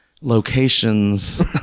locations